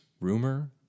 rumor